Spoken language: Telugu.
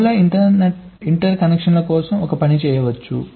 బహుళ ఇంటర్కనెక్షన్ల కోసం ఒకే పని చేయవచ్చు